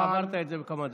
עברת את זה בכמה דקות.